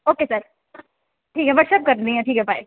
okay sir ठीक ऐ WhatsApp करनी आं बाय सर